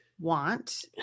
want